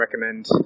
recommend